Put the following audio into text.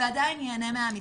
ועדיין ייהנה מהמתווה.